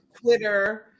Twitter